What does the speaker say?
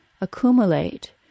accumulate